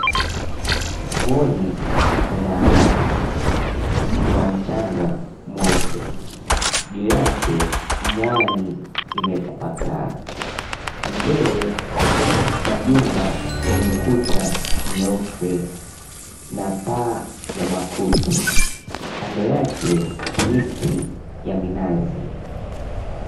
Ufuoni kwa bahari kuna mchanga mweupe, juu yake mwani imetapakaa. Mbele majumba yenye kuta nyeupe na paa ya makuti, kando yake miti ya minazi.